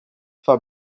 for